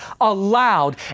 allowed